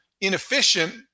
inefficient